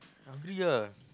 hungry ah